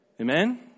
Amen